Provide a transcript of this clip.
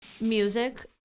music